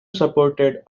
supported